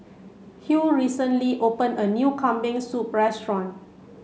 Hugh recently open a new Kambing Soup restaurant